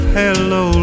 hello